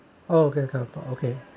oh okay okay